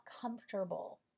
comfortable